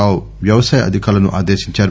రావు వ్యవసాయ అధికారులను ఆదేశించారు